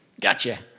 Gotcha